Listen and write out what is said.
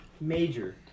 Major